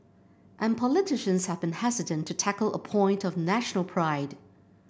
and politicians have been hesitant to tackle a point of national pride